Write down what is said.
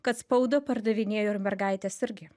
kad spaudą pardavinėjo ir mergaitės irgi